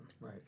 right